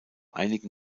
einigen